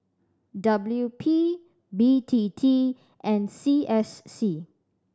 W P B T T and C S C